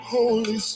Holy